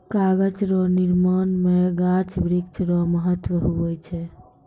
कागज रो निर्माण मे गाछ वृक्ष रो महत्ब हुवै छै